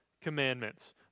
commandments